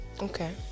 Okay